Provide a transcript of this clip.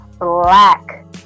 black